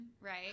right